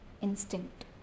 instinct